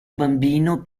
bambino